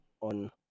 on